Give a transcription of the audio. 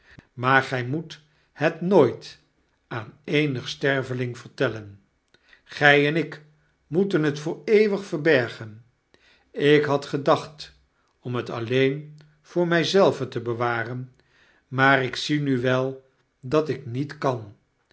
maar gy moet het nooit aan eenig sterveling vertellen gy en ik moeten het voor eeuwig verbergen ik had gedacht om het alleen voor my zelve te bewaren maar ik zie nu wel dat ik niet kan